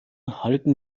halten